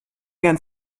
gern